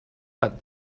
but